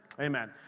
Amen